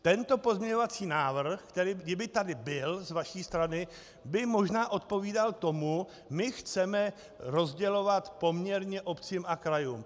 Tento pozměňovací návrh, který kdyby tady byl z vaší strany, by možná odpovídal tomu: my chceme rozdělovat poměrně obcím a krajům.